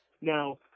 Now